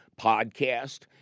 podcast